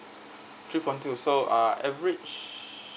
three point two so ah average